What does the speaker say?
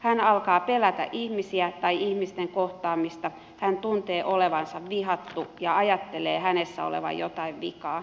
hän alkaa pelätä ihmisiä tai ihmisten kohtaamista hän tuntee olevansa vihattu ja ajattelee hänessä olevan jotain vikaa